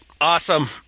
awesome